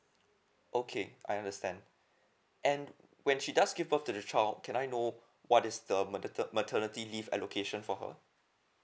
okay I understand and when she does give birth to the child can I know what is the medica~ maternity leave allocation for her